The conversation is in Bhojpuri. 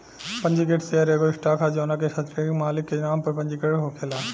पंजीकृत शेयर एगो स्टॉक ह जवना के सटीक मालिक के नाम पर पंजीकृत होखेला